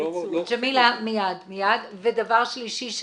דבר שלישי,